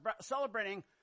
celebrating